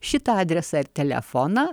šitą adresą ir telefoną